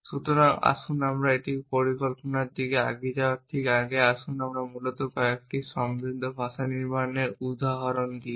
সুতরাং আপনি এটির পরিকল্পনার দিকে এগিয়ে যাওয়ার ঠিক আগে আসুন আমি মূলত কয়েকটি সমৃদ্ধ ভাষা নির্মাণের উদাহরণ দিই